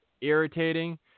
irritating